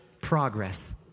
progress